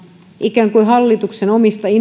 ikään kuin hallituksen omiin intresseihin